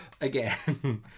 Again